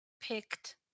picked